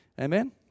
Amen